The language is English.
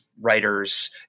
writers